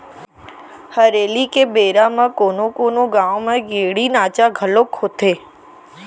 हरेली के बेरा म कोनो कोनो गाँव म गेड़ी नाचा घलोक होथे